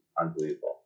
unbelievable